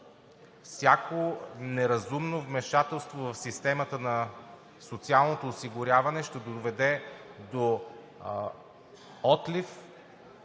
Всяко неразумно вмешателство в системата на социалното осигуряване ще доведе до отлив